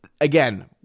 again